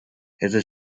это